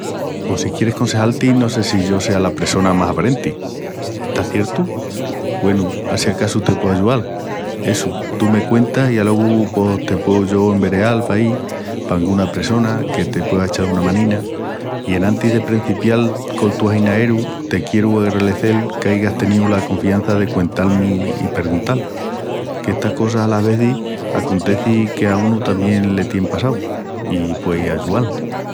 Pos si quieris consejal-ti no sé si yo sea la pressona más aparenti. Estás ciertu? Güenu, á si acasu te pueu ayual. Essu, tu me cuentas i alogu pos te pueu yo envereal paí pa anguna pressona que te puea echal una manina. I enantís de prencipial col tu aginaeru, te quieru agralecel qu'aigas teníu la confiança de cuental-mi i perguntal. Qu'estas cosas alas vezis aconteci que a unu tamién le tien passau i puei ayual.